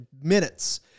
minutes